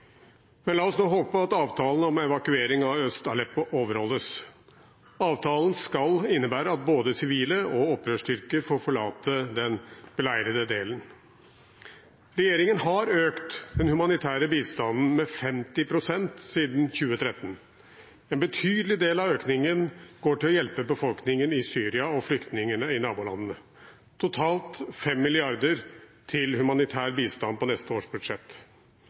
Men la oss nå håpe at avtalen om evakuering av Øst-Aleppo overholdes. Avtalen skal innebære at både sivile og opprørsstyrker får forlate den beleirede delen. Regjeringen har økt den humanitære bistanden med 50 pst. siden 2013. En betydelig del av økningen går til å hjelpe befolkningen i Syria og flyktningene i nabolandene. Det er totalt 5 mrd. kr til humanitær bistand på neste års budsjett.